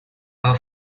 her